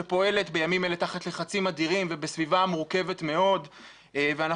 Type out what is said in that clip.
שפועלת בימים אלה תחת לחצים אדירים ובסביבה מורכבת מאוד ואנחנו